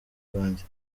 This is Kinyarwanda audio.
kanjye